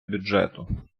бюджету